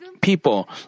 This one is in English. people